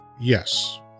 yes